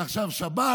ועכשיו שבת.